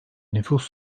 nüfus